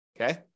Okay